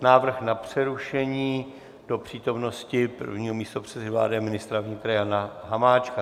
Návrh na přerušení do přítomnosti prvního místopředsedy vlády a ministra vnitra Jana Hamáčka.